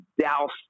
douse